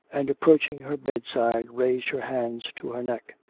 and approaching her bedside, raised her hands to her neck.